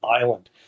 island